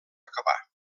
acabar